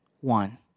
one